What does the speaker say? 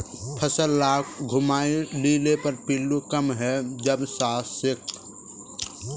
फसल लाक घूमाय लिले पर पिल्लू कम हैं जबा सखछेक